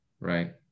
Right